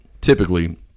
typically